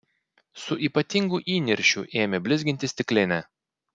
su ypatingu įniršiu ėmė blizginti stiklinę